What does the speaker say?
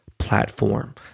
platform